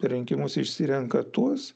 rinkimus išsirenka tuos